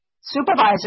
supervisor